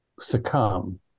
succumb